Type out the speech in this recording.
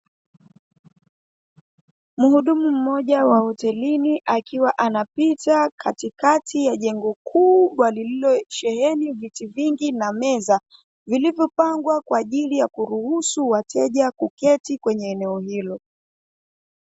Mhudumu mmoja wa hotelini akiwa anapita katikati ya jengo kubwa lililosheheni viti vingi na meza, vilivyopangwa kwa ajili ya kuruhusu wateja kuketi kwenye eneo hilo.